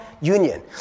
union